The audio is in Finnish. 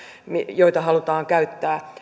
joita halutaan käyttää